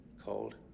Cold